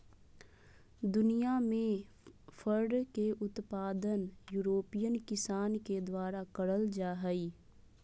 दुनियां में फर के उत्पादन यूरोपियन किसान के द्वारा करल जा हई